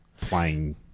playing